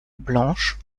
blanches